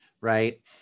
Right